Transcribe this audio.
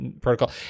protocol